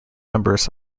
members